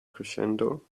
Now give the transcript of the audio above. crescendo